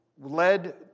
led